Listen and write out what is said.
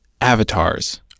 avatars